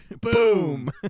Boom